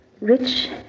rich